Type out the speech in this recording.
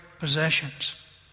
possessions